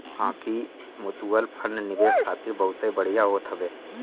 बाकी mutual fund निवेश खातिर बहुते बढ़िया होत हवे